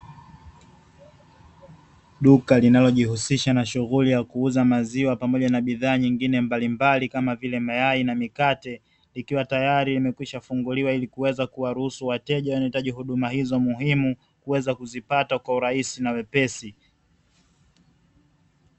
Duka linalojihusisha na shughuli ya kuuza maziwa pamoja na bidhaa nyingine mbalimbali, kama vile mayai na mikate, likiwa tayari limekwisha funguliwa ili kuweza kuwaruhusu wateja wanaohitaji huduma hizo muhimu, kuweza kuzipata kwa urahisi na wepesi.